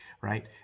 right